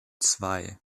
zwei